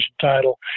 title